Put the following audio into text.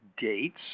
dates